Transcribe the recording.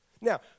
Now